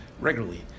regularly